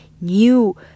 new